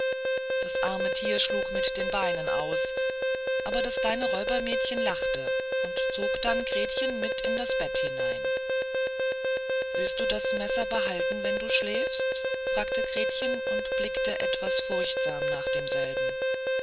das arme tier schlug mit den beinen aus aber das kleine räubermädchen lachte und zog dann gretchen mit in das bett hinein willst du das messer behalten wenn du schläfst fragte gretchen und blickte etwas furchtsam nach demselben